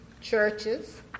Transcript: churches